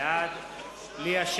בעד אוהו,